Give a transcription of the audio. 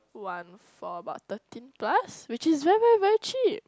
one for about thirteen plus which is very very very cheap